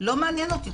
לא מעניין אותי,